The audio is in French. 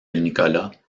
nicolas